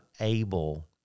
able